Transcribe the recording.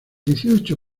dieciocho